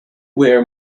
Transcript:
wear